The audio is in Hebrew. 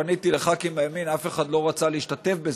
פניתי לח"כים מהימין ואף אחד לא רצה להשתתף בזה.